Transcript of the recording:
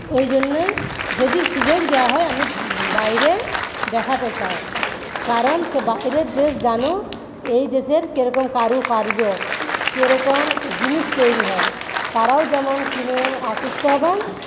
ওই জন্যই যদি সুযোগ দেওয়া হয় আমি বাইরে দেখাতে চাই কারণ সে বাইরের দেশ জানুক এই দেশের কী রকম কারুকার্য কী রকম জিনিস তৈরি হয় তারাও যেমন কিনতে আকৃষ্ট হবেন